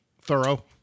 thorough